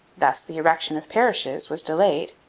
thus the erection of parishes was delayed.